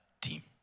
team